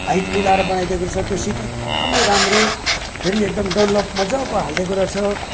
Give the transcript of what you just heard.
height मिलाएर बनाइदिएको रहेछ त्यो सिट एकदमै राम्रो फेरि एकदम डन्लप मजाको हालिदिएको रहेछ